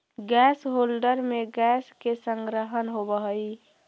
gas holder में gas के संग्रहण होवऽ हई